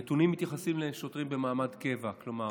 הנתונים מתייחסים לשוטרים במעמד קבע, כלומר